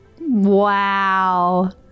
Wow